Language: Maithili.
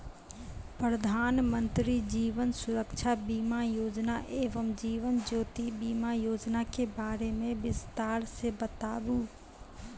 प्रधान मंत्री जीवन सुरक्षा बीमा योजना एवं जीवन ज्योति बीमा योजना के बारे मे बिसतार से बताबू?